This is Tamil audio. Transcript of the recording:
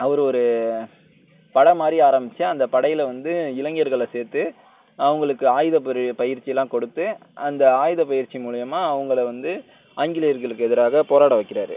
அவரு ஒரு படை மாதிரி ஆரமிச்சு அந்த படையில் வந்து இளைஞர்களை சேர்த்து அவங்களுக்கு ஆயுதப் பொரி பயிற்சியெலாம் கொடுத்து அந்த ஆயுதப் பயிற்சி மூலயுமா அவங்கள வந்து ஆங்கிலேயர்களுக்கு எதிராக போராட வைக்கிறார்